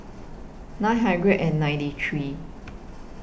nine hundred and ninety three